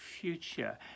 future